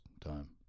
time